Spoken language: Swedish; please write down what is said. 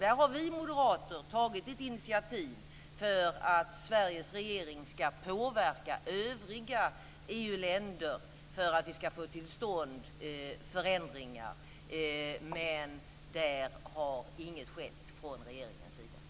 Där har vi moderater tagit ett initiativ för att Sveriges regering ska påverka övriga EU-länder, för att vi ska få till stånd förändringar. Men där har inget skett från regeringens sida.